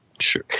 Sure